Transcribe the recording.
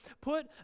put